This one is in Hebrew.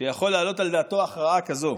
שיכול להעלות על דעתו הכרעה כזאת.